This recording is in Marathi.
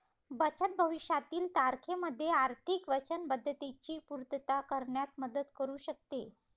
बचत भविष्यातील तारखेमध्ये आर्थिक वचनबद्धतेची पूर्तता करण्यात मदत करू शकते